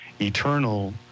eternal